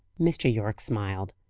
mr. yorke smiled.